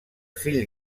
fill